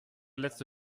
letzte